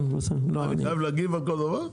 אני חייב להגיב על כל דבר?